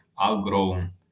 outgrown